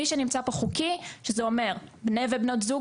מי שנמצא כאן באופן חוקי, זה אומר בני ובנות זוג